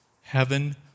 Heaven